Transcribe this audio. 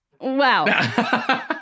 Wow